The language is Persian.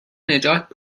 نجات